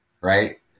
right